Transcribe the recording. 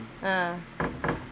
ah